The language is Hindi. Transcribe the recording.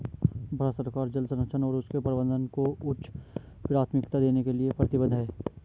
भारत सरकार जल संरक्षण और उसके प्रबंधन को उच्च प्राथमिकता देने के लिए प्रतिबद्ध है